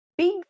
Big